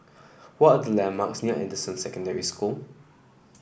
what are the landmarks near Anderson Secondary School